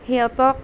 সিহঁতক